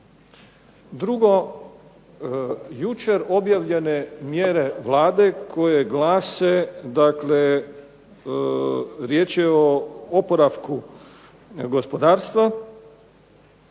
Drugo, jučer objavljene mjere Vlade koje glase, dakle riječ je o oporavku gospodarstva,